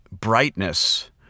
brightness